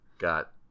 got